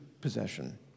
possession